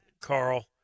Carl